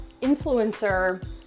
influencer